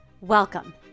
welcome